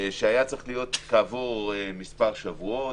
שכעבור מספר שבועות,